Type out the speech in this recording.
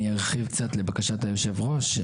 אני ארחיב קצת, לבקשת יושב הראש.